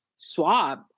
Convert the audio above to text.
swab